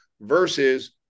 versus